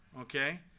Okay